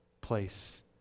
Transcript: place